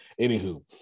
Anywho